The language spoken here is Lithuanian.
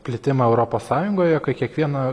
plitimą europos sąjungoje kai kiekvieną